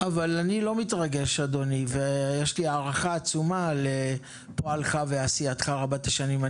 אני לא מתרגש אדוני ויש לי הערכה לפועלך ועשייתך רבת השנים.